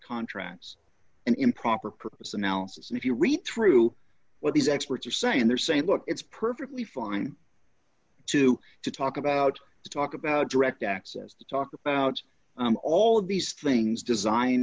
contracts and improper purpose analysis and if you read through what these experts are saying they're saying look it's perfectly fine to to talk about to talk about direct access to talk about all of these things design